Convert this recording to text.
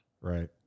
Right